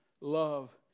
love